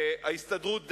ההסתדרות דאגה,